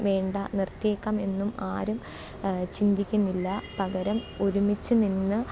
വേണ്ട നിർത്തിയേക്കാം എന്നും ആരും ചിന്തിക്കുന്നില്ല പകരം ഒരുമിച്ചു നിന്ന്